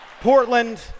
Portland